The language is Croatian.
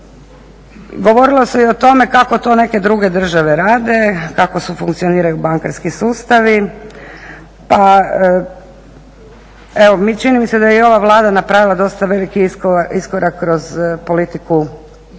Govorilo se i o tome kako to neke druge države rade, kako funkcioniraju bankarski sustavi pa evo čini mi se da je i ova Vlada napravila dosta veliki iskorak kroz politiku u